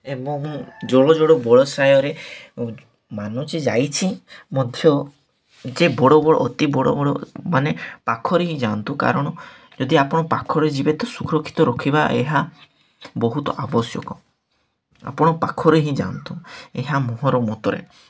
ଏବଂ ମାନୁଚି ଯାଇଛି ମଧ୍ୟ ଯେ ବଡ଼ ବଡ଼ ଅତି ବଡ଼ ବଡ଼ ମାନେ ପାଖରେ ହିଁ ଯାଆନ୍ତୁ କାରଣ ଯଦି ଆପଣ ପାଖରେ ଯିବେ ତ ସୁରକ୍ଷିତ ରଖିବା ଏହା ବହୁତ ଆବଶ୍ୟକ ଆପଣ ପାଖରେ ହିଁ ଯାଆନ୍ତୁ ଏହା ମୋହର ମତରେ